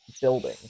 building